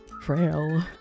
frail